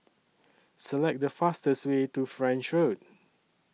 Select The fastest Way to French Road